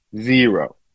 zero